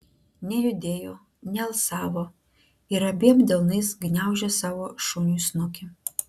nejudėjo nealsavo ir abiem delnais gniaužė savo šuniui snukį